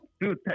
dude